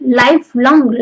lifelong